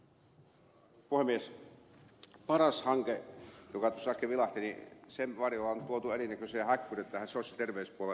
paras hankkeen joka tuossa äsken vilahti varjolla on tuotu erinäköisiä häkkyröitä sos